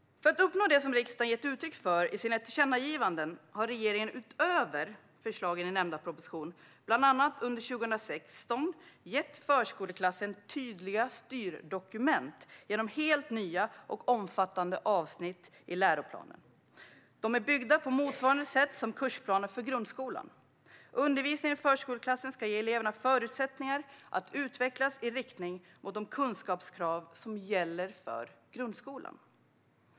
För att uppnå det som riksdagen har gett uttryck för i sina tillkännagivanden har regeringen, utöver förslagen i nämnda proposition, bland annat under 2016 gett förskoleklassen tydliga styrdokument genom helt nya och omfattande avsnitt i läroplanerna. De är uppbyggda på motsvarande sätt som kursplanerna för grundskolan. Undervisningen i förskoleklassen ska ge eleverna förutsättningar att utvecklas i riktning mot de kunskapskrav som gäller för grundskolan.